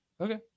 Okay